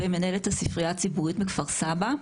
ומנהלת הספרייה הציבורית בכפר סבא.